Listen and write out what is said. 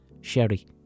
Sherry